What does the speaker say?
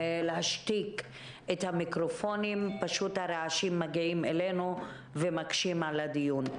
להשתיק את המיקרופונים הרעשים מגיעים אלינו ומקשים על הדיון.